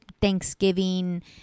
Thanksgiving